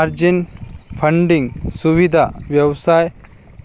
margin funding सुविधा व्यवसाय